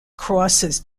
crosses